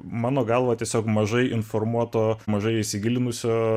mano galva tiesiog mažai informuoto mažai įsigilinusio